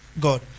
God